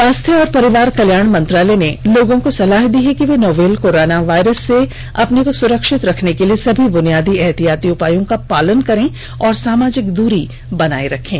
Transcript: स्वास्थ्य और परिवार कल्याण मंत्रालय ने लोगों को सलाह दी है कि वे नोवल कोरोना वायरस से अपने को सुरक्षित रखने के लिए सभी बुनियादी एहतियाती उपायों का पालन करें और सामाजिक दूरी बनाए रखें